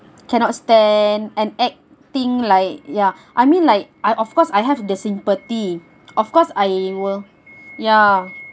cannot stand and acting like ya I mean like I of course I have the sympathy of course I will ya